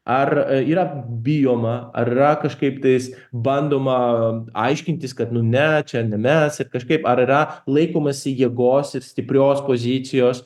ar yra bijoma ar yra kažkaip tais bandoma aiškintis kad nu ne čia ne mes ar kažkaip ar yra laikomasi jėgos ir stiprios pozicijos